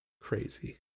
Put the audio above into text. crazy